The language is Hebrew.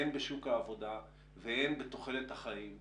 הן בשוק העבודה והן בתוחלת החיים,